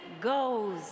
goes